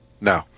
no